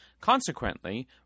Consequently